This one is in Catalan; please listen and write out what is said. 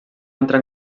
entrar